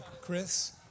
Chris